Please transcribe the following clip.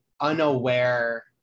unaware